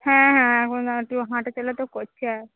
হ্যাঁ হ্যাঁ এখন একটু হাঁটা চলা তো করছি আর